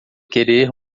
querer